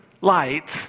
light